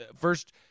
First